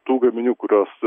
tų gaminių kuriuos